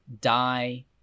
die